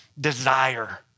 desire